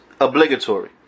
obligatory